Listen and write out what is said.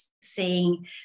seeing